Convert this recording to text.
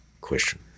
question